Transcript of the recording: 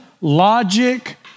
logic